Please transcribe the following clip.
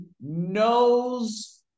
knows